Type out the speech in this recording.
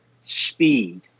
speed